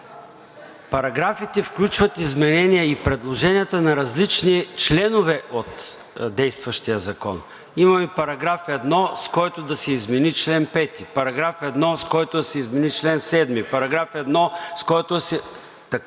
параграфите включват изменения и предложенията на различни членове от действащия закон. Имаме § 1, с който да се измени чл. 5; § 1, с който да се измени чл. 7; § 1, с който да се